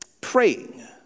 praying